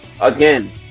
again